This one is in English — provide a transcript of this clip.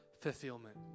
fulfillment